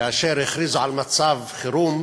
כאשר הכריזו על מצב חירום